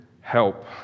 help